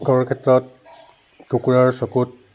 কৰ ক্ষেত্ৰত কুকুৰাৰ চকুত